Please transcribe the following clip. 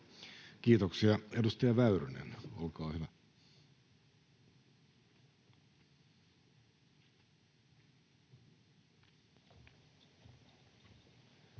Kiitoksia. — Edustaja Väyrynen, olkaa hyvä.